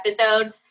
episode